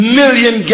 million